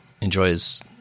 enjoys